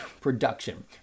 production